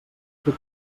fer